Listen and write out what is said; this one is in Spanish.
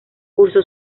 cursó